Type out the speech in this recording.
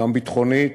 גם ביטחונית,